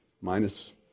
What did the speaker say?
minus